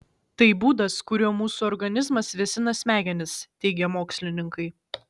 tai būdas kuriuo mūsų organizmas vėsina smegenis teigia mokslininkai